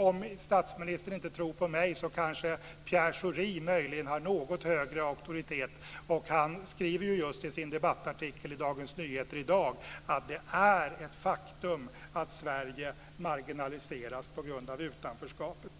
Om statsministern inte tror på mig så kanske Pierre Schori möjligen har något högre auktoritet, och han skriver ju just i sin debattartikel i Dagens Nyheter i dag att det är ett faktum att Sverige marginaliseras på grund av utanförskapet.